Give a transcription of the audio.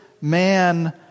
man